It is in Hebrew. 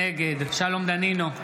נגד שלום דנינו,